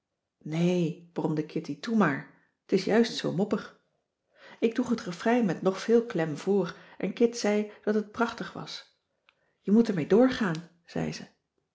nee bromde kitty toe maar t is juist zoo moppig ik droeg het refrein met nog veel klem voor en kit zei dat het prachtig was je moet er mee doorgaan zei ze